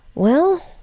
well,